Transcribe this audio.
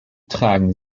tragen